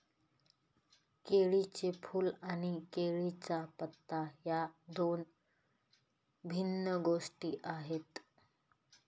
केळीचे फूल आणि केळीचा पत्ता या दोन भिन्न गोष्टी आहेत